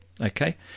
Okay